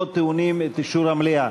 ולא טעונים את אישור המליאה.